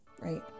right